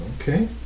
Okay